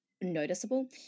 noticeable